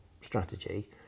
strategy